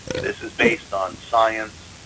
this is based on science,